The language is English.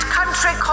Country